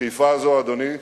ושאיפה זו, אדוני,